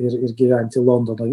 ir ir gyventi londono